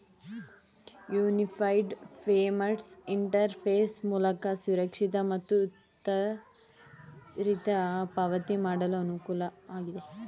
unified payments interface ಮೂಲಕ ಸುರಕ್ಷಿತ ಮತ್ತು ತ್ವರಿತ ಪಾವತಿ ಮಾಡಲು ಅನುಕೂಲ ಆಗಿದೆ